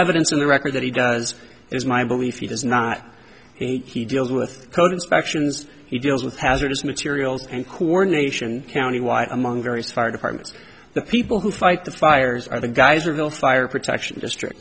evidence on the record that he does is my belief he does not he deals with code inspections he deals with hazardous materials and coordination countywide among various fire departments the people who fight the fires are the geyserville fire protection district